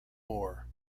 moore